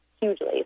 hugely